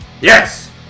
Yes